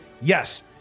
Yes